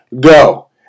go